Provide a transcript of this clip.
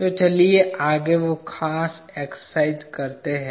तो चलिए आगे वो खास एक्सरसाइज करते हैं